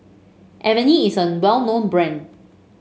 Avene is a well known brand